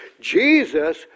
Jesus